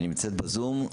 נמצאת בזום.